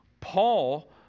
Paul